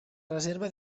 reserva